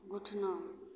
घुटनामे